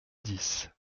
dix